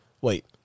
Wait